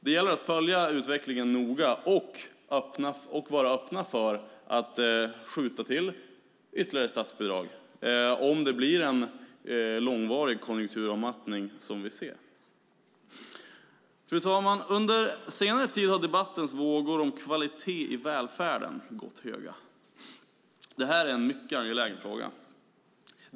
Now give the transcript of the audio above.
Det gäller att följa utvecklingen noga och vara öppna för att skjuta till ytterligare statsbidrag om det blir en långvarig konjunkturavmattning. Fru talman! Under senare tid har debattens vågor om kvalitet i välfärden gått höga. Det här är en mycket angelägen fråga.